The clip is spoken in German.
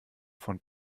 von